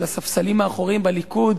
של הספסלים האחוריים בליכוד,